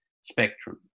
spectrum